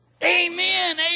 Amen